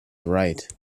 right